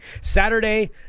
Saturday